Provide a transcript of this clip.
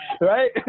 Right